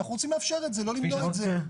אנחנו רוצים לאפשר את זה, לא למנוע את זה.